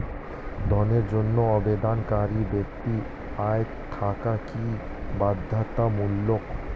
ঋণের জন্য আবেদনকারী ব্যক্তি আয় থাকা কি বাধ্যতামূলক?